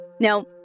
Now